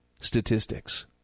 statistics